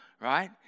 right